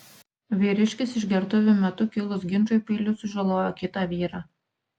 vyriškis išgertuvių metu kilus ginčui peiliu sužalojo kitą vyrą